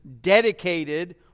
dedicated